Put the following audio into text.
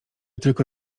tylko